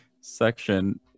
section